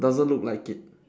doesn't look like it